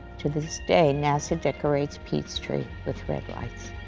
to this day, nasa decorates pete's tree with red lights.